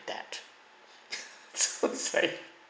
that so it's like